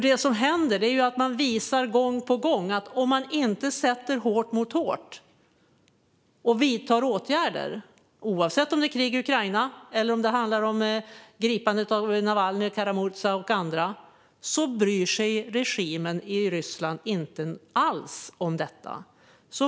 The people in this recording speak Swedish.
Det som händer är att det gång på gång visar sig att om man inte sätter hårt mot hårt och vidtar åtgärder - oavsett om det handlar om krig i Ukraina eller gripandet av Navalnyj, Kara-Murza eller andra - bryr sig regimen i Ryssland inte alls om detta.